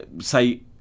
say